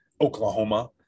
Oklahoma